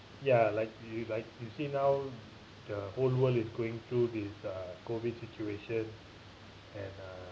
ya like you like you see now the whole world is going through this uh COVID situation and uh